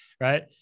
Right